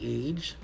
age